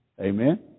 Amen